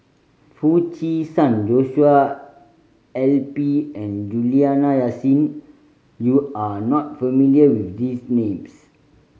Foo Chee San Joshua I P and Juliana Yasin you are not familiar with these names